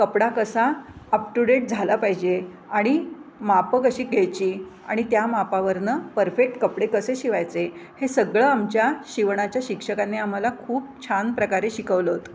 कपडा कसा अपटूडेट झाला पाहिजे आणि मापं कशी घ्यायची आणि त्या मापावरून परफेक्ट कपडे कसे शिवायचे हे सगळं आमच्या शिवणाच्या शिक्षकांनी आम्हाला खूप छान प्रकारे शिकवलं होतं